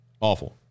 Awful